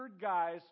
guys